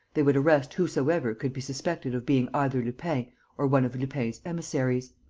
they would arrest whosoever could be suspected of being either lupin or one of lupin's emissaries.